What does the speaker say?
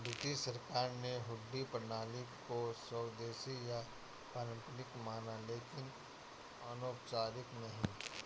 British सरकार ने हुंडी प्रणाली को स्वदेशी या पारंपरिक माना लेकिन अनौपचारिक नहीं